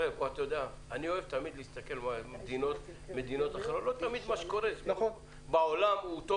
לא תמיד התבחין הנכון הוא מה קורה בעולם.